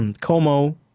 Como